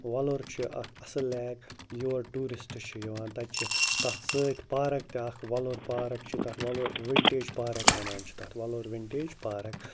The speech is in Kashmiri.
وۄلُر چھُ اَکھ اَصٕل لیک یور ٹوٗرِسٹ چھِ یِوان تَتہِ چھِ تَتھ سۭتۍ پارَک تہِ اَکھ وۄلُر پارَک چھِ تَتھ وۄلُر وِنٹیج پارَک وَنان چھِ تَتھ وۄلُر وِنٹیج پارَک